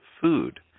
food